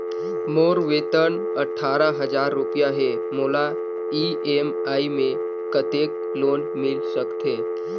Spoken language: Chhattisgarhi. मोर वेतन अट्ठारह हजार रुपिया हे मोला ई.एम.आई मे कतेक लोन मिल सकथे?